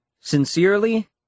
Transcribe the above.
Sincerely